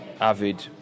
avid